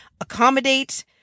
accommodate